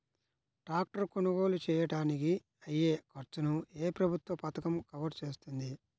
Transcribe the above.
Tractor కొనుగోలు చేయడానికి అయ్యే ఖర్చును ఏ ప్రభుత్వ పథకం కవర్ చేస్తుంది?